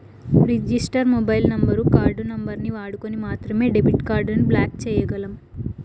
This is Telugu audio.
రిజిస్టర్ మొబైల్ నంబరు, కార్డు నంబరుని వాడుకొని మాత్రమే డెబిట్ కార్డుని బ్లాక్ చేయ్యగలం